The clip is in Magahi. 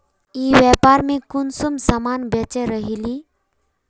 ई व्यापार में कुंसम सामान बेच रहली?